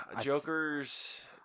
Joker's